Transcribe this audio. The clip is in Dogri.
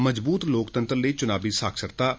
मजबूत लोकतंत्र लेई च्नावी साक्षरता